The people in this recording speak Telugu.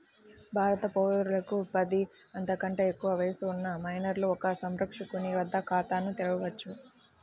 భారత పౌరులకు పది, అంతకంటే ఎక్కువ వయస్సు ఉన్న మైనర్లు ఒక సంరక్షకుని వద్ద ఖాతాను తెరవవచ్చు